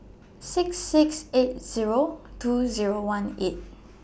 six six eight Zero two Zero one eight